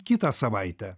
kitą savaitę